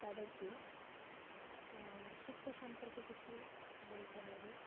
তাদেরকে শিক্ষা সম্পর্কে কিছু বলতে হবে